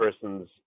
person's –